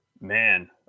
Man